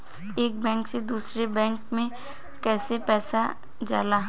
एक बैंक से दूसरे बैंक में कैसे पैसा जाला?